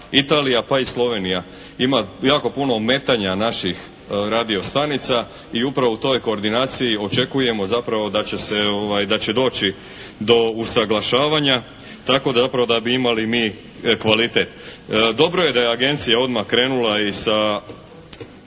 Italija pa i Slovenija. Ima jako puno ometanja naših radio stanica. I upravo u toj koordinaciji očekujemo zapravo da će se, da će doći do usaglašavanja, tako da bi upravo imali bi kvalitet. Dobro je da je agencija odmah krenula i sa